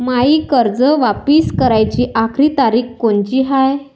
मायी कर्ज वापिस कराची आखरी तारीख कोनची हाय?